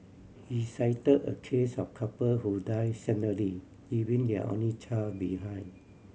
he cite a case of a couple who died suddenly leaving their only child behind